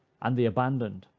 and the abandoned.